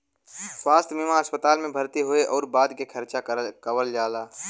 स्वास्थ्य बीमा अस्पताल में भर्ती होये आउर बाद के खर्चा के कवर करला